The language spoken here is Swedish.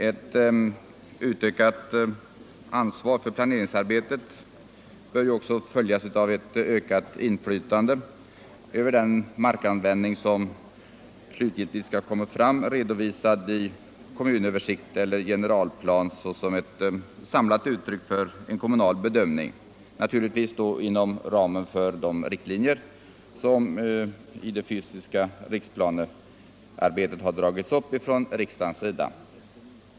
Ett utökat ansvar för planeringsarbetet bör följas av ett ökat inflytande över den markanvändning som slutgiltigt kommer att redovisas i kommunöversikt eller generalplan som ett samlat uttryck för en kommunal bedömning — naturligtvis inom ramen för de riktlinjer som riksdagen tagit upp i det fysiska riksplanearbetet.